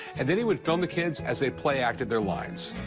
and then he would film the kids as they play acted their lines.